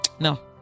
no